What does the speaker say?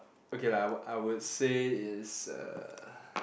okay lah I would I would say is uh